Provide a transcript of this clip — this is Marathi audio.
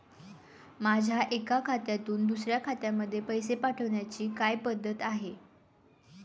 माझ्या एका खात्यातून दुसऱ्या खात्यामध्ये पैसे पाठवण्याची काय पद्धत आहे?